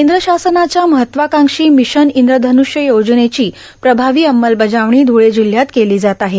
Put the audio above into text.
कद्र शासनाच्या महत्वकांक्षी भिशन इंद्रधन्ष्य योजनेची प्रभावी अंमलबजावणी ध्वळे जिल्ह्यात केलों जात आहे